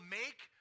make